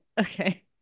Okay